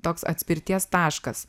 toks atspirties taškas